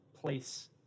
place